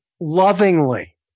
lovingly